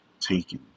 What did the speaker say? taken